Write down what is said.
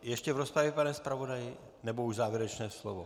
Ještě v rozpravě, pane zpravodaji, nebo už závěrečné slovo?